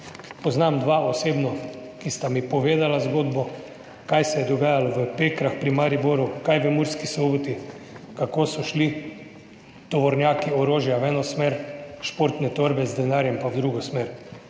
Poznam dva osebno, ki sta mi povedala zgodbo, kaj se je dogajalo v Pekrah pri Mariboru, kaj v Murski Soboti, kako so šli tovornjaki orožja v eno smer, športne torbe z denarjem pa v drugo smer.